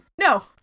No